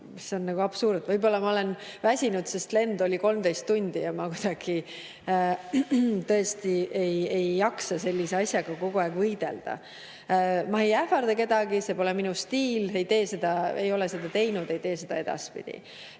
See on nagu absurd. Võib-olla ma olen väsinud, sest lend oli 13 tundi ja ma tõesti ei jaksa sellise asjaga kogu aeg võidelda. Ma ei ähvarda kedagi, see pole minu stiil. Ma ei tee seda, ei ole seda teinud,